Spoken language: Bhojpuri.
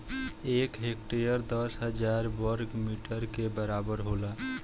एक हेक्टेयर दस हजार वर्ग मीटर के बराबर होला